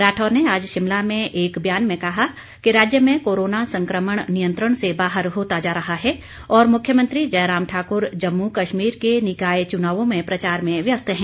राठौर ने आज शिमला में एक बयान में कहा कि राज्य में कोरोना संकमण नियंत्रण से बाहर होता जा रहा है और मुख्यमंत्री जयराम ठाकुर जम्मू कश्मीर के निकाय चुनावों में प्रचार में व्यस्त हैं